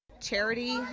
Charity